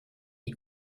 die